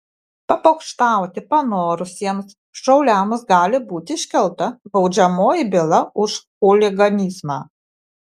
papokštauti panorusiems šauliams gali būti iškelta baudžiamoji byla už chuliganizmą